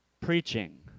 preaching